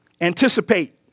anticipate